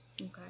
Okay